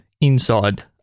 inside